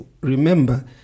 remember